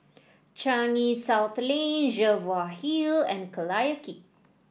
Changi South Lane Jervois Hill and Collyer Quay